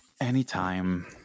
Anytime